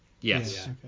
Yes